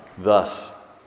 Thus